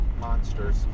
monsters